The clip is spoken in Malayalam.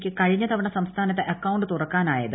ക്ക് കഴിഞ്ഞ തവണ സംസ്ഥാനത്ത് അക്കൌണ്ട് തുറക്കാനായത്